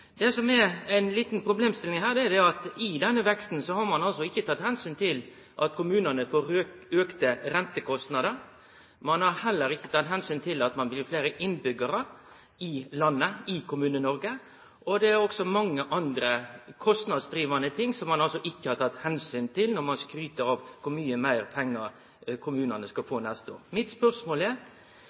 her, er at ein i denne veksten ikkje har teke omsyn til at kommunane får auka rentekostnader. Ein har heller ikkje teke omsyn til at det blir fleire innbyggjarar i landet, i Kommune-Noreg. Det er også mange andre kostnadsdrivande ting som det ikkje er teke omsyn til når ein skryter av kor mykje meir pengar kommunane skal få neste år. Spørsmålet mitt er: